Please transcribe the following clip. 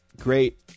great